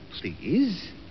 please